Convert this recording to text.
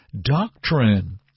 doctrine